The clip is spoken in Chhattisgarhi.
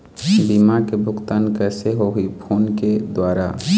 बीमा के भुगतान कइसे होही फ़ोन के द्वारा?